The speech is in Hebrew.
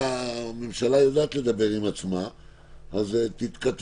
הממשלה יודעת לדבר עם עצמה אז אני מציע